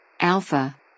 Alpha